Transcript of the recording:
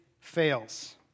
fails